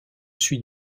suis